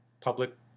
public